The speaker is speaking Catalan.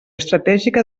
estratègica